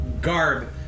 garb